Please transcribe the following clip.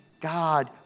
God